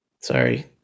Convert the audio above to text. Sorry